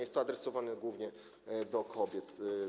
Jest to adresowane głównie do kobiet.